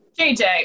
JJ